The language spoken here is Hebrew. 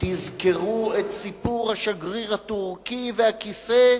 תזכרו את סיפור השגריר הטורקי והכיסא.